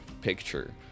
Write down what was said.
picture